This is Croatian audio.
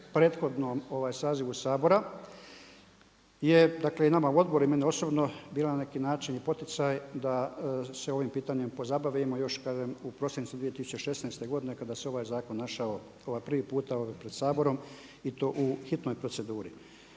prethodnom sazivu Sabora je nama u odboru i mene osobno bila na neki način ljepotica da se ovim pitanjem pozabavimo još kažem u prosincu 2016. godine kada se ovaj zakon našao prvi puta pred Saborom i to u hitnoj proceduri.